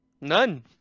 None